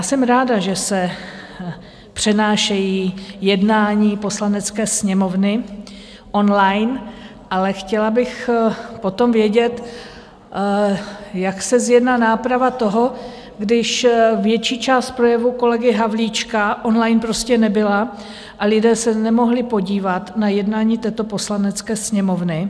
Jsem ráda, že se přenášejí jednání Poslanecké sněmovny online, ale chtěla bych potom vědět, jak se zjedná náprava toho, když větší část projevu kolegy Havlíčka online prostě nebyla a lidé se nemohli podívat na jednání této Poslanecké sněmovny.